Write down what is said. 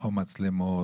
או מצלמות,